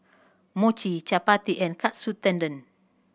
Mochi Chapati and Katsu Tendon